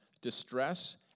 distress